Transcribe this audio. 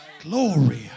Glory